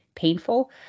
Painful